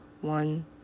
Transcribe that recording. One